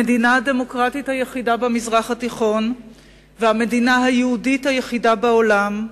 המדינה הדמוקרטית היחידה במזרח התיכון והמדינה היהודית היחידה בעולם,